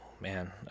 man